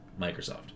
Microsoft